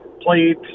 Played